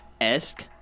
esque